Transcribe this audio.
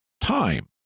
time